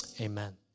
Amen